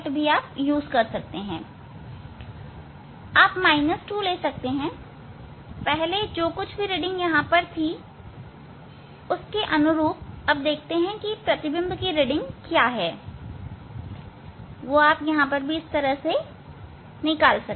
आप 2 सकते हैं पहले जो कुछ भी रीडिंग यहां थी और उसके अनुरूप प्रतिबिंब की क्या रीडिंग हैं आप यह भी निकाल सकते हैं